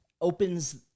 opens